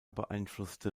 beeinflusste